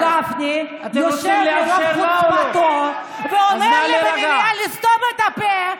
חבר הכנסת גפני יושב ברוב חוצפתו ואומר לי במליאה לסתום את הפה,